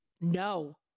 No